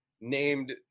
named